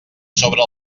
sobre